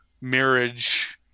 marriage